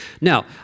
Now